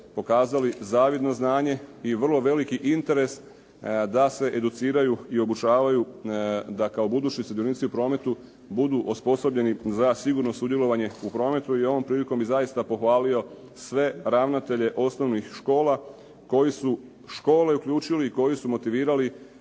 pokazali zavidno znanje i vrlo veliki interes da se educiraju i obučavaju da kao budući sudionici u prometu budu osposobljeni za sigurno sudjelovanje u prometu. I ovom prilikom bi zaista pohvalio sve ravnatelje osnovnih škola koji su škole uključili i koji su motivirali